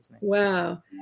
Wow